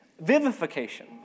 vivification